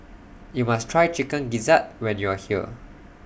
YOU must Try Chicken Gizzard when YOU Are here